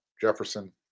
Jefferson